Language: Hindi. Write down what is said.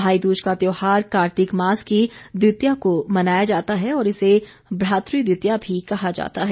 भाईदूज का त्यौहार कार्तिक मास की द्वितीया को मनाया जाता है और इसे भ्रातृ द्वितीया भी कहा जाता है